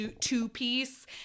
two-piece